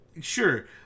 Sure